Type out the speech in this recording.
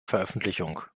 veröffentlichung